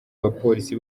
bapolisi